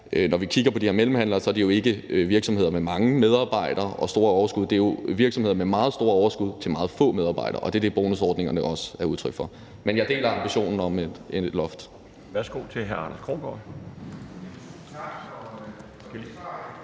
Når vi kigger på de her mellemhandlere, er det jo ikke virksomheder med mange medarbejdere og store overskud. Det er jo virksomheder med meget store overskud til meget få medarbejdere, og det er det, bonusordningerne også er udtryk for. Men jeg deler ambitionen om et loft.